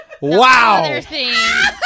Wow